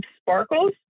sparkles